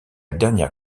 dernière